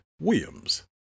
Williams